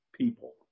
people